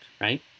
right